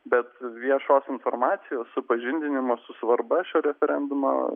bet viešos informacijos supažindinimas su svarba šio referendumo